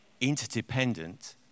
interdependent